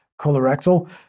colorectal